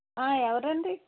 ఎవరండి